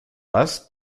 bass